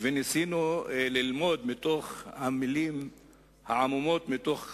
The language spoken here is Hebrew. וניסינו ללמוד מתוך המלים העמומות, מתוך